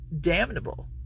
damnable